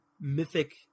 mythic